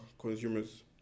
consumers